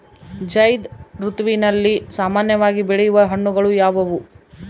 ಝೈಧ್ ಋತುವಿನಲ್ಲಿ ಸಾಮಾನ್ಯವಾಗಿ ಬೆಳೆಯುವ ಹಣ್ಣುಗಳು ಯಾವುವು?